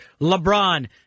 LeBron